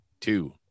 two